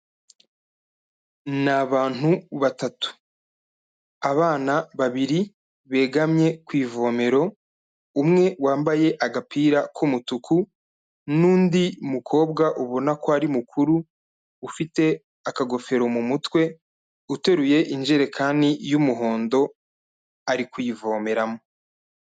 Ni abantu batatu. Abana babiri begamye ku ivomero. Umwe wambaye agapira k'umutuku n'undi mukobwa ubona ko ari mukuru ufite akagofero mu mutwe uteruye injerekani y'umuhondo ari kuyivomeramo.